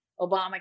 Obama